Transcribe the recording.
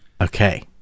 okay